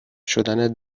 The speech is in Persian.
شدن